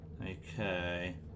Okay